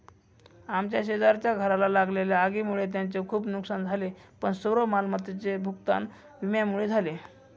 आमच्या शेजारच्या घराला लागलेल्या आगीमुळे त्यांचे खूप नुकसान झाले पण सर्व मालमत्तेचे भूगतान विम्यामुळे झाले